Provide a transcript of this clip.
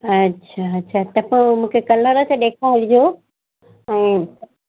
अच्छा अच्छा त पोइ मूंखे कलर त ॾेखारिजो ऐं